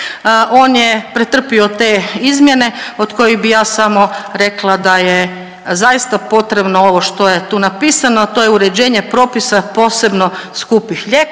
on je pretrpio te izmjene od kojih bi ja samo rekla da je zaista potrebno ovo što je tu napisano, a to je uređenje propisa posebno skupih lijekova.